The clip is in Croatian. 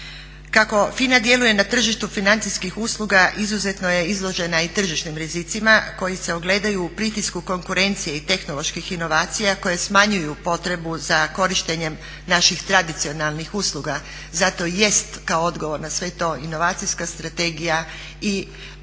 Kako FINA djeluje na tržištu financijskih usluga izuzetno je izložena i tržišnim rizicima koji se ogledaju u pritisku konkurencije i tehnoloških inovacija koje smanjuju potrebu za korištenjem naših tradicionalnih usluga. Zato i jest kao odgovor na sve to inovacijska strategija i da